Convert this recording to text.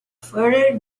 further